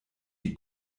die